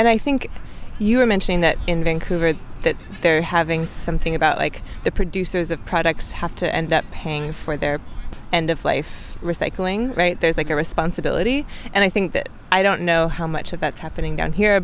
and i think you're mentioning that in vancouver that they're having something about like the producers of products have to end up paying for their end of life recycling right there's like a responsibility and i think that i don't know how much of that's happening down here